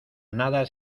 nada